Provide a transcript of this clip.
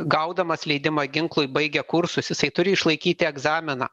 gaudamas leidimą ginklui baigė kursus jisai turi išlaikyti egzaminą